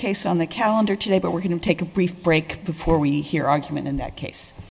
case on the calendar today but we're going to take a brief break before we hear argument in that case